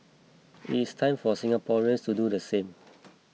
it is time for Singaporeans to do the same